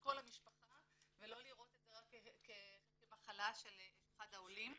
כל המשפחה ולא לראות את זה רק כמחלה של אחד העולים.